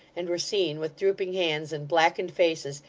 and were seen, with drooping hands and blackened faces,